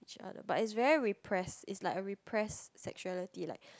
with each other but its very repressed its like a repressed sexuality like